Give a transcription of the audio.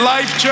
Life